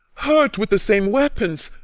hurt with the same weapons,